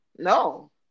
No